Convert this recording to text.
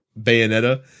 Bayonetta